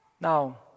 Now